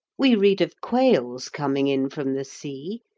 we read of quails coming in from the sea,